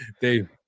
Dave